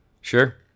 Sure